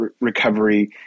recovery